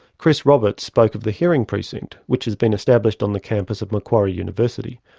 chris roberts spoke of the hearing precinct which has been established on the campus of macquarie university,